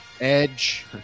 Edge